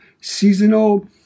seasonal